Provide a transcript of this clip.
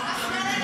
על זה אנחנו מדברים.